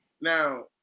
now